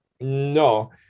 No